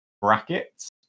brackets